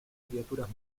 criaturas